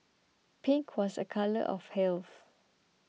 pink was a colour of health